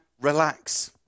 relax